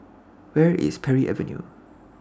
Where IS Parry Avenue